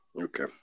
Okay